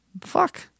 fuck